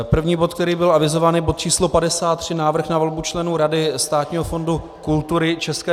První bod, který byl avizován, je bod číslo 53 Návrh na volbu členů Rady Státního fondu kultury ČR.